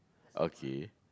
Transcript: okay